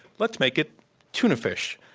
let's make it tune a fish.